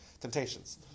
temptations